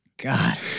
God